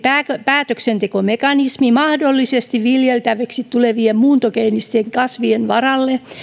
päätöksentekomekanismi mahdollisesti viljeltäviksi tulevien muuntogeenisten kasvien varalle